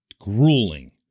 grueling